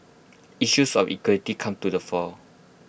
issues of equity come to the fore